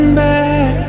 back